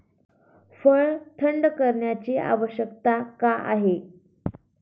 फळ थंड करण्याची आवश्यकता का आहे?